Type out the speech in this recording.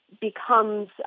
becomes